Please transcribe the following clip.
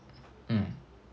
mm